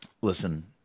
listen